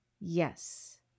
yes